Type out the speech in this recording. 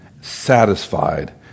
satisfied